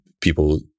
people